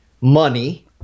money